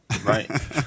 right